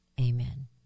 amen